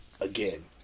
again